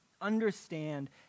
understand